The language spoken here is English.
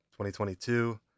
2022